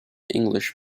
english